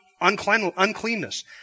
uncleanness